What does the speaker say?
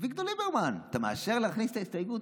אביגדור ליברמן: אתה מאשר להכניס את ההסתייגות?